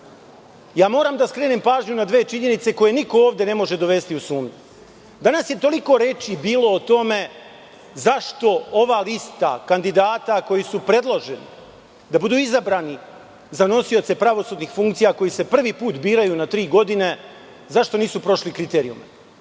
celini. Moram da skrenem pažnju na dve činjenice koje niko ovde ne može dovesti u sumnju. Danas je toliko reči bilo o tome zašto ova lista kandidata koji su predloženi da budu izabrani za nosioce pravosudnih funkcija, koji se prvi put biraju na tri godine, zašto nisu prošli kriterijume.